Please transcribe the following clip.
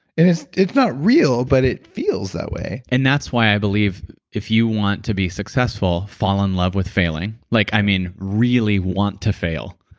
it's it's not real, but it feels that way and that's why i believe if you want to be successful, fall in love with failing. like, i mean really want to fail.